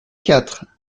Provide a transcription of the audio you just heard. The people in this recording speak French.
quatre